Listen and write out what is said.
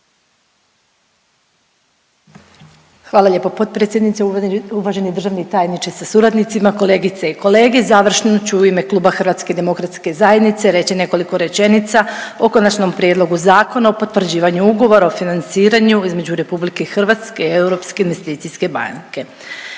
Hvala lijepo potpredsjednice. Uvaženi državni tajniče sa suradnicima, kolegice i kolege. Završno ću u ime Kluba HDZ-a reći nekoliko rečenica o Konačnom prijedlogu Zakona o potvrđivanju Ugovora o financiranju između Republike Hrvatske i Europske investicijske banke.